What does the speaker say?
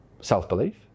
self-belief